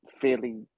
fairly